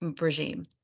regime